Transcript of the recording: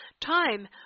Time